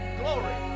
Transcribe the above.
glory